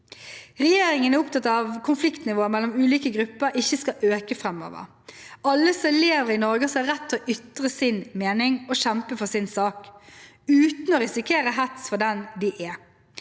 Regjeringen er opptatt av at konfliktnivået mellom ulike grupper ikke skal øke framover. Alle som lever i Norge, skal ha rett til å ytre sin mening og kjempe for sin sak, uten å risikere hets for den de er.